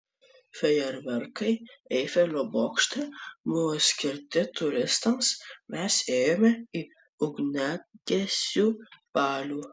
fejerverkai eifelio bokšte buvo skirti turistams mes ėjome į ugniagesių balių